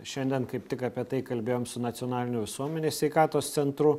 šiandien kaip tik apie tai kalbėjom su nacionaliniu visuomenės sveikatos centru